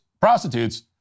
prostitutes